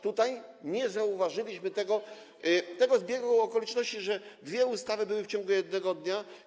Tutaj nie zauważyliśmy tego zbiegu okoliczności, że dwie ustawy były w ciągu jednego dnia.